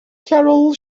carroll